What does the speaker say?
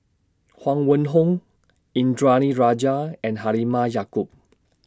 Huang Wenhong Indranee Rajah and Halimah Yacob